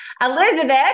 Elizabeth